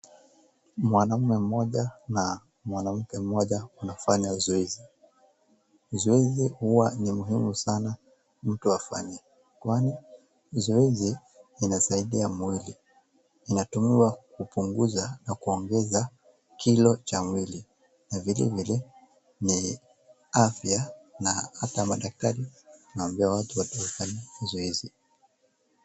Mwanaume mmoja na mwanamke mmoja wanafanya zoezi. Zoezi huwa ni muhimu sana mtu afanye. Kwani zoezi inasaidia mwili. Inatumiwa kupunguza na kuongeza kilo cha mwili. Na vile vile ni afya na hata madaktari wanawaambia watu wafanye zoezi.